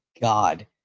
God